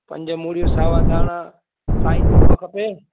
पंज मूड़ियूं सावा धाणा साई थूम खपे